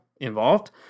involved